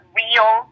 real